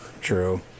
true